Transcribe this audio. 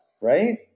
Right